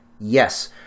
Yes